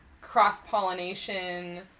cross-pollination